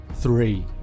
three